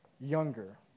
younger